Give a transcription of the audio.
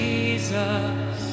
Jesus